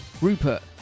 Rupert